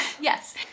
yes